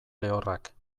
lehorrak